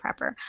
prepper